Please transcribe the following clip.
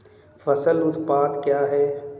फसल उत्पादन क्या है?